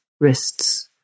wrists